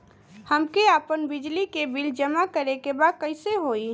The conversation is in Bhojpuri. हमके आपन बिजली के बिल जमा करे के बा कैसे होई?